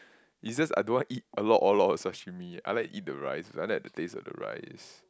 is just I don't want to eat a lot a lot of sashimi I like to eat the rice I like the taste of the rice